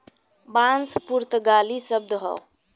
बांस पुर्तगाली शब्द हौ